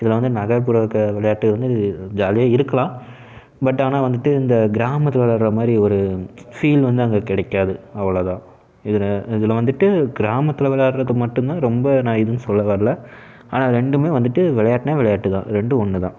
இதில் வந்து நகர்ப்புற விளையாட்டு வந்து ஜாலியாக இருக்கலாம் பட் ஆனால் வந்துட்டு இந்த கிராமத்தில் விளையாடுகிற மாதிரி ஒரு ஃபீல் வந்து அங்கே கிடைக்காது அவ்வளோதான் இதில் இதில் வந்துட்டு கிராமத்தில் விளையாடுகிறது மட்டும்தான் ரொம்ப நான் இதுன்னு சொல்ல வரலை ஆனால் ரெண்டுமே வந்துட்டு விளையாட்டுனால் விளையாட்டு தான் ரெண்டும் ஒன்று தான்